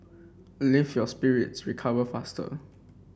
lift your spirits recover faster